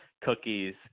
cookies